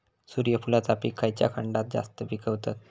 सूर्यफूलाचा पीक खयच्या खंडात जास्त पिकवतत?